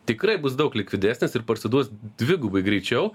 tikrai bus daug likvidesnis ir parsiduos dvigubai greičiau